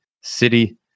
city